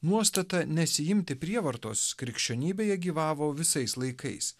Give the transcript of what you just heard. nuostata nesiimti prievartos krikščionybėje gyvavo visais laikais